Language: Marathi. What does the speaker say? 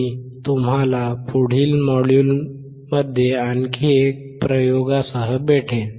मी तुम्हाला पुढील मॉड्युलमध्ये आणखी एका प्रयोगासह भेटेन